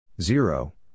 Zero